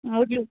हजुर